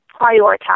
prioritize